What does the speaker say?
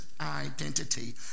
identity